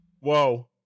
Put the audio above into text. Whoa